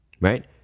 right